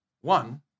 One